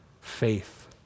faith